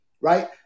right